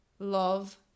love